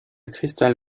crystal